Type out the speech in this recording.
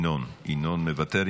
ינון, ינון מוותר.